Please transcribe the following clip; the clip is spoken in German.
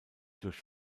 durch